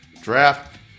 draft